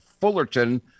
Fullerton